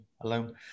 alone